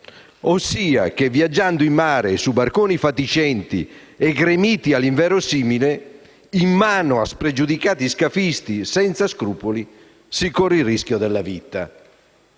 ossia che viaggiando in mare su barconi fatiscenti e gremiti all'inverosimile, in mano a spregiudicati scafisti senza scrupoli, si corre il rischio della vita.